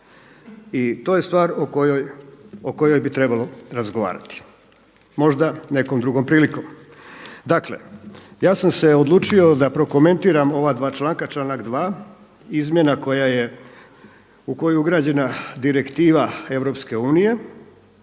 I to je stvar o kojoj bi trebalo razgovarati možda nekom drugom prilikom. Dakle ja sam se odlučio da prokomentiram ova dva članka, članak 2. izmjena koja je, u koju je ugrađena direktiva EU, koja je